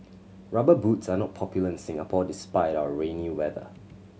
Rubber Boots are not popular in Singapore despite our rainy weather